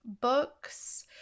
books